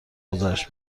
گزارش